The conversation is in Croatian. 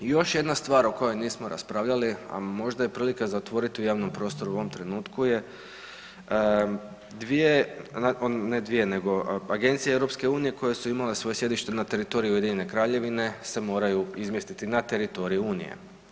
I još jedna stvar o kojoj nismo raspravljali, a možda je prilika za otvorit u javnom prostoru u ovom trenutku je dvije, ne dvije nego Agencije EU koje su imale svoje sjedište na teritoriju Ujedinjene Kraljevine se moraju izmjestiti na teritoriju unije.